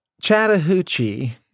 Chattahoochee